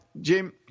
Jim